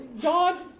God